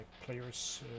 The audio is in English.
players